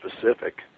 specific